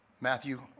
Matthew